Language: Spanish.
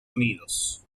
unidos